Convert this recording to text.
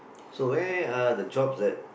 so where are the jobs at